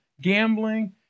gambling